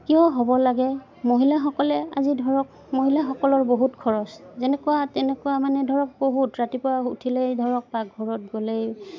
কিয় হ'ব লাগে মহিলাসকলে আজি ধৰক মহিলাসকলৰ বহুত খৰচ যেনেকুৱা তেনেকুৱা মানে ধৰক বহুত ৰাতিপুৱা উঠিলেই ধৰক পাকঘৰত গ'লেই